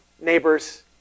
neighbors